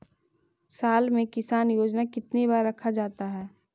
साल में किसान योजना कितनी बार रखा जाता है?